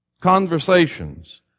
Conversations